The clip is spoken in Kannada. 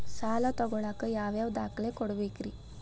ಸಾಲ ತೊಗೋಳಾಕ್ ಯಾವ ಯಾವ ದಾಖಲೆ ಕೊಡಬೇಕ್ರಿ?